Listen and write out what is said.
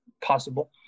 possible